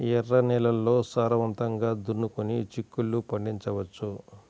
ఎర్ర నేలల్లో సారవంతంగా దున్నుకొని చిక్కుళ్ళు పండించవచ్చు